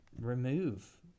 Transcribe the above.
remove